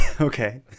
Okay